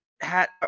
hat